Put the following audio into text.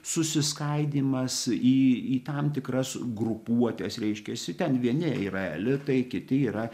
susiskaidymas į į tam tikras grupuotes reiškiasi ten vieni yra elitai kiti yra